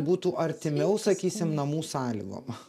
būtų artimiau sakysim namų sąlygom